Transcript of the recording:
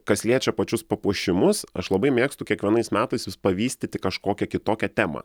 kas liečia pačius papuošimus aš labai mėgstu kiekvienais metais vis pavystyti kažkokią kitokią temą